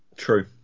True